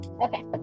okay